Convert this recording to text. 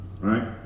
Right